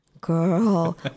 girl